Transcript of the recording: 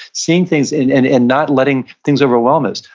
same things, and and and not letting things overwhelm us,